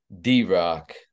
D-Rock